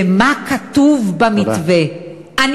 ומה כתוב במתווה.